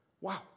Wow